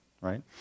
right